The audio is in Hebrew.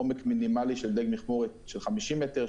עומק מינימלי של דיג מכמורת של 50 מטר,